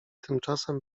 tymczasem